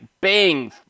bang